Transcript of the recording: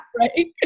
right